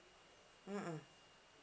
mm mm